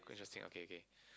quite interesting okay okay